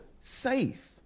safe